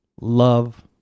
love